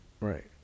right